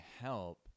help